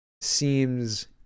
seems